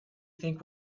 think